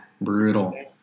brutal